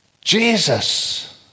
Jesus